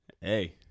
Hey